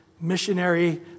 missionary